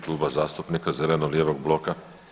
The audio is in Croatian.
Kluba zastupnika zeleno-lijevog bloka.